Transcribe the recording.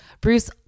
Bruce